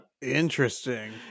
Interesting